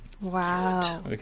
Wow